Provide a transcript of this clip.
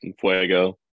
fuego